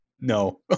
no